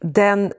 den